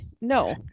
no